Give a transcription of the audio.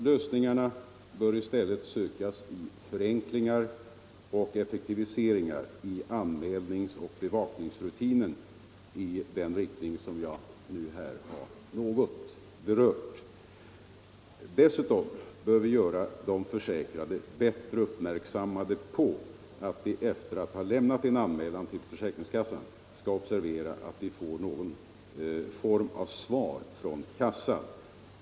Lösningen bör i stället sökas i förenklingar och effektivise 15 ringar i anmälningsoch bevakningsrutinerna i den riktning som jag nu har något berört. Dessutom bör vi göra de försäkrade bättre uppmärksamma på att de efter att ha lämnat en anmälan till försäkringskassan skall observera att de får någon form av svar från kassan.